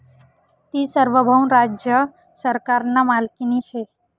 ती सार्वभौम राज्य सरकारना मालकीनी शे